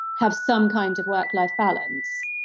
have some kind of work life balance,